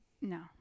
No